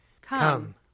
Come